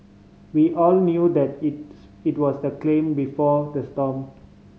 we all knew that it's it was the before the storm